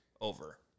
over